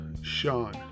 Sean